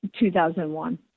2001